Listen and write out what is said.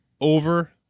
over –